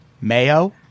mayo